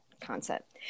concept